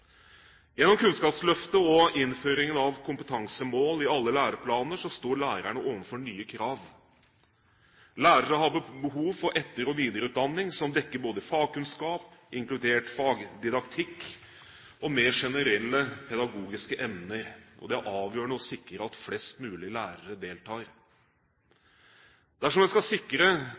Gjennom Kunnskapsløftet og innføringen av kompetansemål i alle læreplaner står lærerne overfor nye krav. Lærere har behov for etter- og videreutdanning som dekker både fagkunnskap, inkludert fagdidaktikk, og mer generelle pedagogiske emner. Det er avgjørende å sikre at flest mulig lærere deltar. Dersom en skal sikre